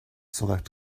select